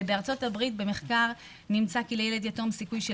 ובארצות הברית במחקר נמצא כי לילד יתום סיכוי של